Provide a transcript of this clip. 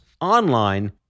online